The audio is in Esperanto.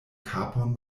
kapon